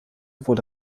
wurde